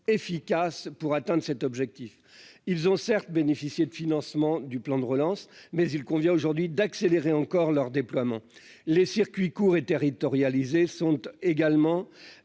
efficaces pour atteindre cet objectif, ils ont certes bénéficié de financement du plan de relance, mais il convient aujourd'hui d'accélérer encore leur déploiement les circuits courts et territorialisées sont également